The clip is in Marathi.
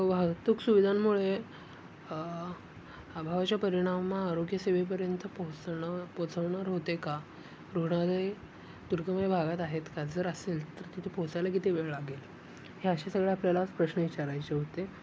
वाहतूक सुविधांमुळे अभावाच्या परिणाम आरोग्यसेवेपर्यंत पोहोचणं पोहचवणार होते का रुग्णालय दुर्गम भागात आहेत का जर असेल तर तिथे पोहचायला किती वेळ लागेल हे असे सगळे आपल्याला प्रश्न विचारायचे होते